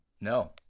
No